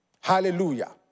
Hallelujah